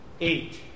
eight